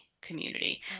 community